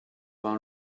vingt